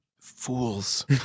fools